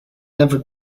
never